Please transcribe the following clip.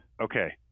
okay